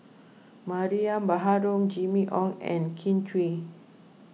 Mariam Baharom Jimmy Ong and Kin Chui